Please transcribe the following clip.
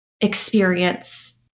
experience